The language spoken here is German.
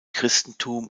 christentum